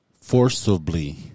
Forcibly